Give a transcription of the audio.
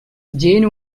zane